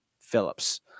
Phillips